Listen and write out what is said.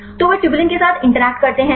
तो वे ट्यूबुलिन के साथ इंटरैक्टकरते हैं